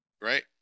right